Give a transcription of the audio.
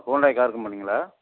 Hyundai car கம்பெனிங்ளா